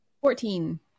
Fourteen